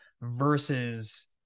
versus